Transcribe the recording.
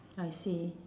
I see